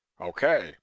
okay